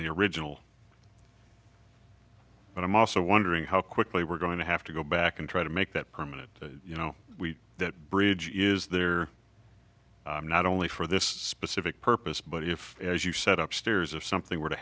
the original but i'm also wondering how quickly we're going to have to go back and try to make that permanent you know that bridge is there not only for this specific purpose but if as you set up stairs or something were to